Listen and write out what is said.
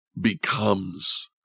becomes